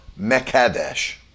Mekadesh